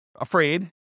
afraid